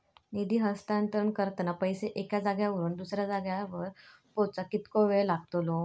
निधी हस्तांतरण करताना पैसे एक्या जाग्यावरून दुसऱ्या जाग्यार पोचाक कितको वेळ लागतलो?